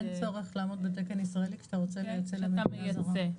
אין צורך לעמוד בתקן ישראלי כשאתה רוצה לייצא למדינה זרה.